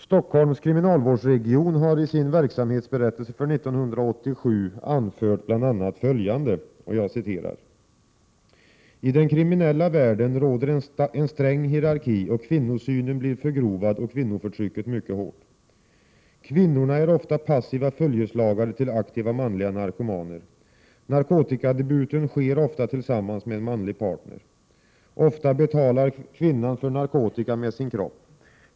Stockholms kriminalvårdsregion har i sin verksamhetsberättelse för 1987 anfört bl.a. följande: ”I den kriminella världen råder en sträng hierarki och kvinnosynen blir förgrovad och kvinnoförtrycket mycket hårt. Kvinnorna är ofta passiva följeslagare till aktiva manliga narkomaner. Narkotikadebuten sker ofta tillsammans med en manlig partner. Ofta betalar kvinnan för narkotika med sin kropp.